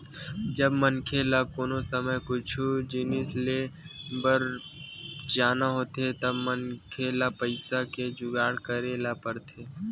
जब मनखे ल कोनो समे कुछु जिनिस लेय बर पर जाना होथे त मनखे ल पइसा के जुगाड़ करे ल परथे